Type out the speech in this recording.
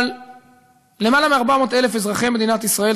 אבל למעלה מ-400,000 אזרחי מדינת ישראל,